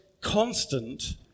constant